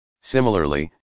Similarly